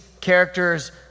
characters